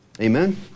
Amen